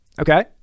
Okay